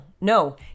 no